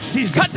Jesus